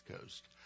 Coast